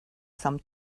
some